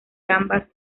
gambas